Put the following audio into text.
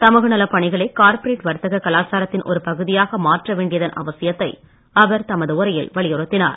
சமூக நலப் பணிகளை கார்ப்பரேட் வர்த்தக கலாச்சாரத்தின் ஒருபகுதியாக மாற்ற வேண்டியதன் அவசியத்தை அவர் தமது உரையில் வலியுறுத்தினார்